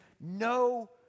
No